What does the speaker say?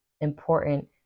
important